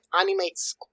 animates